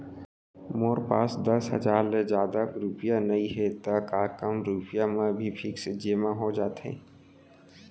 मोर पास दस हजार ले जादा रुपिया नइहे त का कम रुपिया म भी फिक्स जेमा हो जाथे?